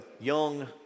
young